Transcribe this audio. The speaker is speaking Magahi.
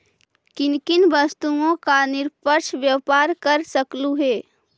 किन किन वस्तुओं का निष्पक्ष व्यापार कर सकलू हे